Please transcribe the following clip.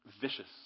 vicious